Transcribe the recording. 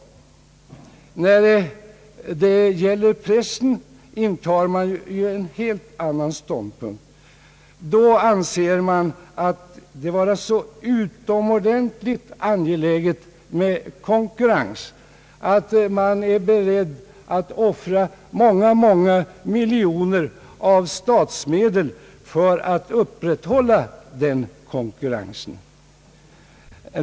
När det gäller pressen intar man ju en helt annan ståndpunkt. Då anser man det vara så utomordentligt angeläget med konkurrens att man är beredd att offra många miljoner av statsmedel för att upprätthålla den konkurrensen.